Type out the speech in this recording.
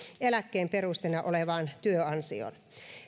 eläkkeen perusteena olevaan työansioon